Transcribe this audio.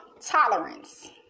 tolerance